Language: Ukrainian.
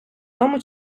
тому